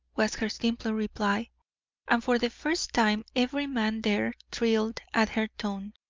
was her simple reply and for the first time every man there thrilled at her tone.